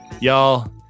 Y'all